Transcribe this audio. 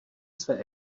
své